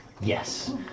Yes